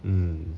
hmm